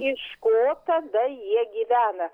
iš ko tada jie gyvena